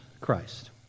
Christ